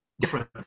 different